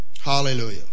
Hallelujah